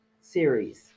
series